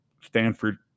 Stanford